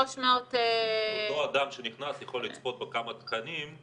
300 --- אותו אדם שנכנס יכול לצפות בכמה תכנים.